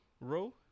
row